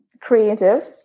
Creative